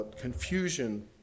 confusion